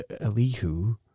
Elihu